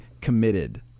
committed